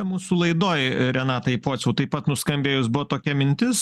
mūsų laidoj renatai pociau taip pat nuskambėjus buvo tokia mintis